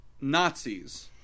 Nazis